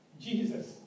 Jesus